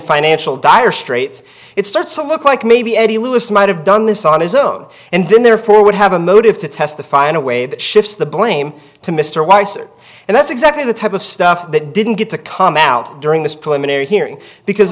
financial dire straits it starts to look like maybe eddie lewis might have done this on his own and then therefore would have a motive to testify in a way that shifts the blame to mr weiss it and that's exactly the type of stuff that didn't get to come out during this preliminary hearing because